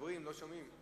כשמדברים לא שומעים.